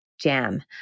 jam